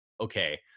Okay